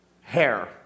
hair